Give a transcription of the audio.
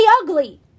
ugly